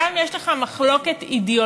גם אם יש לך מחלוקת אידיאולוגית,